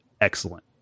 excellent